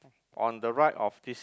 on the right of this